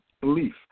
belief